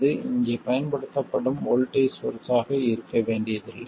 இது இங்கே பயன்படுத்தப்படும் வோல்ட்டேஜ் சோர்ஸ் ஆக இருக்க வேண்டியதில்லை